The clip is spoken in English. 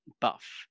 buff